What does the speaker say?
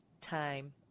time